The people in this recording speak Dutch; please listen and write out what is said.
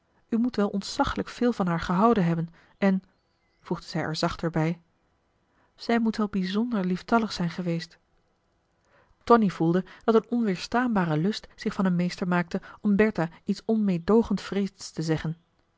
moet wel ontzaglijk veel van haar gehouden hebben en voegde zij er zachter bij zij moet wel bijzonder lieftallig zijn geweest tonie voelde dat een onweerstaanbare lust zich van hem meester maakte om bertha iets onmeedoogend wreeds te zeggen